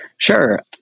Sure